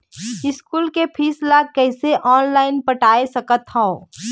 School के fees ला कैसे ऑनलाइन पटाए सकत हव?